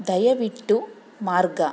ದಯವಿಟ್ಟು ಮಾರ್ಗ